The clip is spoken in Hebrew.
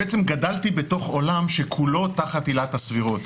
בעצם גדלתי בתוך עולם שכולו תחת עילת הסבירות,